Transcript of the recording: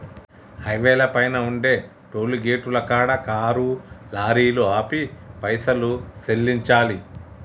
హైవేల పైన ఉండే టోలుగేటుల కాడ కారు లారీలు ఆపి పైసలు సెల్లించాలి